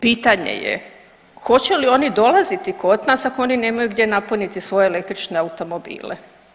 Pitanje je, hoće li oni dolaziti kod nas ako oni nemaju gdje napuniti svoje električne automobile.